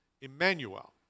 Emmanuel